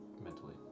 Mentally